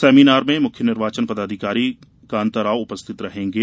seminar में मुख्य निर्वाचन पदाधिकारी कान्ता राव उपस्थित रहेंगे